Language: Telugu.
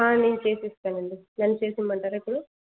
నేను చేసిస్తాను అండి నన్ను చేసి ఇవ్వమంటారా ఇప్పుడు